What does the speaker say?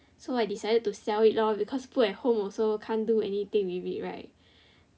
so I decided to sell it lor because put at home also can't do anything with it right